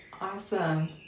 Awesome